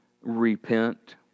Repent